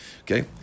Okay